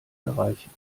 erreichen